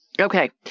Okay